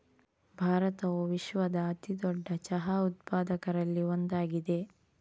ಭಾರತವು ವಿಶ್ವದ ಅತಿ ದೊಡ್ಡ ಚಹಾ ಉತ್ಪಾದಕರಲ್ಲಿ ಒಂದಾಗಿದೆ